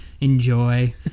Enjoy